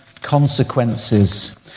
consequences